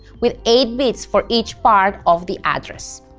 with eight bits for each part of the address.